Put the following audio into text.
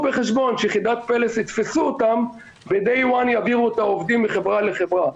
בחשבון שיחידת פלס יתפסו וביום אחד יעבירו את העובדים מחברה לחברה,